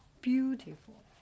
beautiful